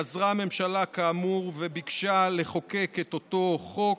חזרה הממשלה, כאמור, וביקשה לחוקק את אותו חוק.